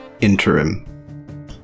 interim